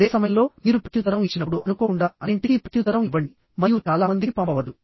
అదే సమయంలో మీరు ప్రత్యుత్తరం ఇచ్చినప్పుడు అనుకోకుండా అన్నింటికీ ప్రత్యుత్తరం ఇవ్వండి మరియు చాలా మందికి పంపవద్దు